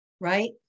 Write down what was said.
right